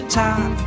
top